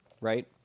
right